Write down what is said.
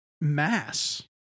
mass